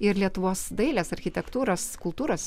ir lietuvos dailės architektūros kultūros